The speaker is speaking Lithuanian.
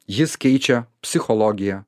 jis keičia psichologiją